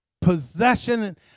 possession